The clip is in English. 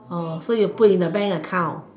oh so you put in the bank account